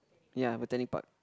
ya Botanic Park